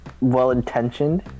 well-intentioned